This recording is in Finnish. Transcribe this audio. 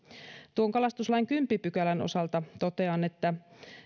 tuon kalastuslain kymmenennen pykälän osalta totean että